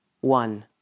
One